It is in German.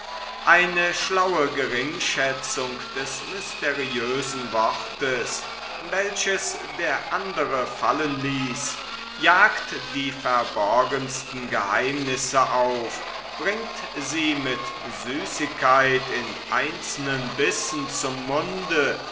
eine schlaue geringschätzung des mysteriösen wortes welches der andre fallen ließ jagt die verborgensten geheimnisse auf bringt sie mit süßigkeit in einzelnen bissen zum munde